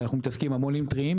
אנחנו מתעסקים המון עם טריים,